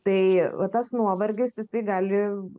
tai va tas nuovargis jisai gali